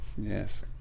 Yes